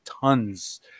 tons